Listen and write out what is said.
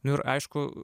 nu ir aišku